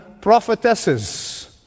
prophetesses